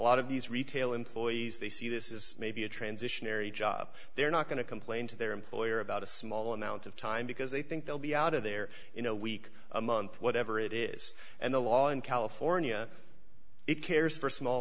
lot of these retail employees they see this is maybe a transitionary job they're not going to complain to their employer about a small amount of time because they think they'll be out of there in a week a month whatever it is and the law in california it cares for small